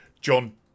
John